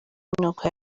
n’uko